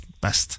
best